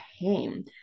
pain